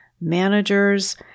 managers